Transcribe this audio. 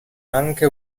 anche